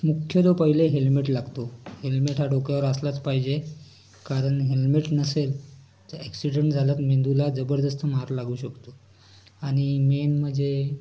मुख्य तो पहिले हेल्मेट लागतो हेल्मेट हा डोक्यावर असलाच पाहिजे कारण हेल्मेट नसेल तर ऍक्सीडेन्ट झाल्यात मेंदूला जबरदस्त मार लागू शकतो आणि मेन म्हणजे